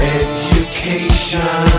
education